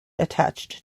attached